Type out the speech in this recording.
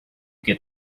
get